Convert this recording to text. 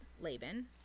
Laban